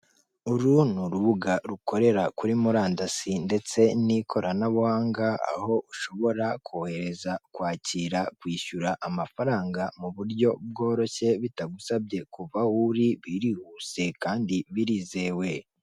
Uru ni urubuga rukorera kuri murandasi ndetse n'ikoranabuhanga, aho ushobora kohereza, kwakira, kwishyura amafaranga mu buryo bworoshye bitagusabye kuva aho uri, birihuse kandi birizewe.